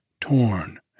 torn